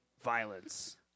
violence